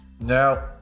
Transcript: Now